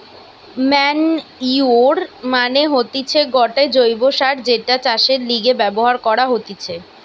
manure মানে হতিছে গটে জৈব্য সার যেটা চাষের লিগে ব্যবহার করা হতিছে